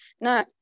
No